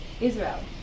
Israel